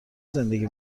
زندگی